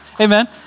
Amen